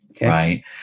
Right